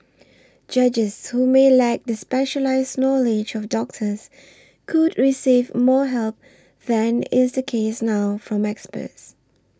judges who may lack the specialised knowledge of doctors could receive more help than is the case now from experts